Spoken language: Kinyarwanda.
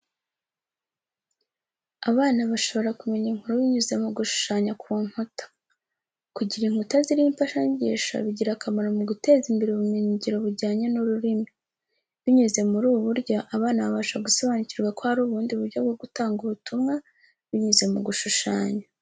Abana bashobora kumenya inkuru binyuze mu gushushanya ku nkuta. Kugira inkuta ziriho imfashanyigisho bigira akamaro mu guteza imbere ubumenyingiro bujyanye n'ururimi, binyuze muri ubu buryo abana babasha gusobanukirwa ko hari ubundi buryo bwo gutanga ubutumwa binyuze mu gushushanya.